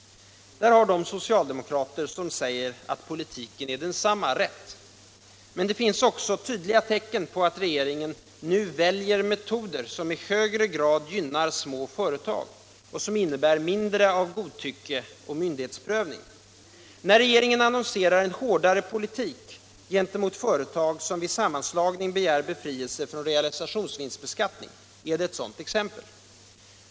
Där har de socialdemokrater rätt som säger att politiken är densamma. Men det finns också tydliga tecken på att regeringen nu väljer metoder som i högre grad gynnar små företag och som innebär mindre av godtycke och myndighetsprövning. När regeringen annonserar en hårdare politik gentemot företag som vid sammanslagningar begär befrielse från realisationsvinstbeskattning är det ett sådant exempel.